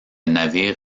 navire